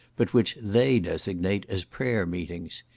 but which they designate as prayer meetings.